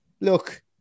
look